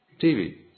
TV